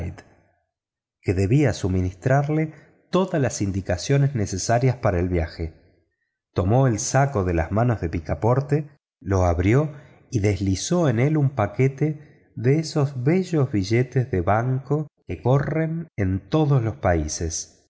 que debía suministrar todas las indicaciones necesarias para el viaje tomó el saco de las manos de picaporte lo abrió y deslizó en él un paquete de esos hermosos billetes de banco que corren en todos los países